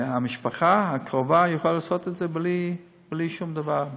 שהמשפחה הקרובה יכולה לעשות את זה בלי שום דבר,